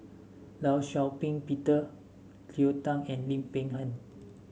Law Shau Ping Peter Cleo Thang and Lim Peng Han